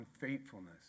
unfaithfulness